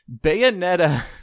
Bayonetta